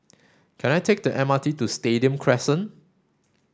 can I take the M R T to Stadium Crescent